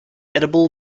edible